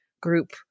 group